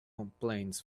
complaints